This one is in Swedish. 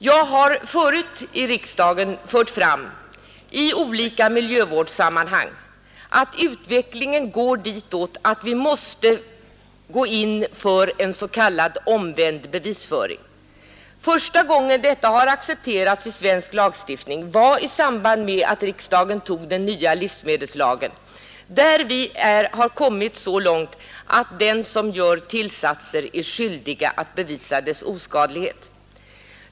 Jag har förut i riksdagen i olika miljövårdsammanhang hävdat att utvecklingen går ditåt att vi måste gå in för en s.k. omvänd bevisföring. Första gången detta accepterades i svensk lagstiftning var i samband med att riksdagen antog den nya livsmedelslagen, där vi kom så långt som att fastställa att den som gör tillsatser är skyldig att visa deras oskadlighet.